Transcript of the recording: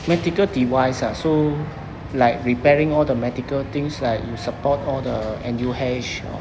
medical device ah so like repairing all the medical things like you support all the N_U_H